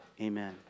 Amen